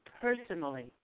personally